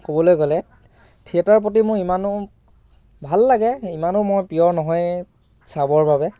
ক'বলৈ গ'লে থিয়েটাৰৰ প্ৰতি মোৰ ইমানো ভাল লাগে ইমানো মোৰ প্ৰিয় নহয়ে চাবৰ বাবে